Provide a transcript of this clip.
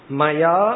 Maya